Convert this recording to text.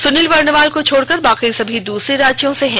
सुनील वर्णवाल को छोड़कर बाकी सभी दूसरे राज्यों से हैं